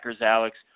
Alex